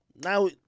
now